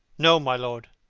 no, my lord.